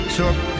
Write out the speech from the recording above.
took